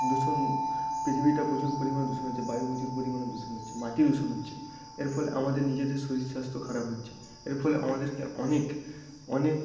দূষণ পৃথিবীটা প্রচুর পরিমাণে দূষণ হচ্ছে বায়ু প্রচুর পরিমাণে দূষণ হচ্ছে মাটি দূষণ হচ্ছে এরফলে আমাদের নিজেদের শরীর স্বাস্থ্য খারাপ হচ্ছে এরফলে আমাদেরকে অনেক অনেক